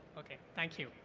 okay thank you.